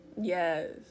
Yes